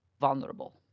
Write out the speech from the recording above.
vulnerable